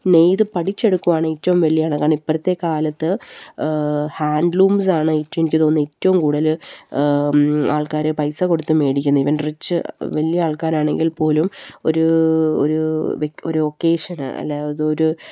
നെയ്ത്ത് പഠിച്ചെടുക്കുകയാണ് ഏറ്റവും വലിയ കാരണം ഇപ്പോഴത്തെ കാലത്ത് ഹാൻഡ്ലൂംസ് ആണ് ഏറ്റവും എനിക്ക് തോന്നുന്നത് ഏറ്റവും കൂടുതല് ആൾക്കാര് പൈസ കൊടുത്തു മേടിക്കുന്നത് ഇവൻ റിച്ച് വലിയ ആൾക്കാരാണെങ്കിൽ പോലും ഒരു ഒക്കേഷന് അല്ലെങ്കില് അതൊരു